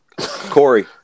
Corey